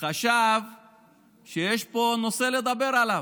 לא חשב שיש פה נושא לדבר עליו.